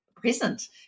present